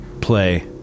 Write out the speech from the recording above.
play